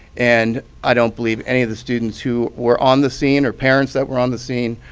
and i don't believe any of the students who were on the scene, or parents that were on the scene,